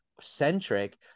centric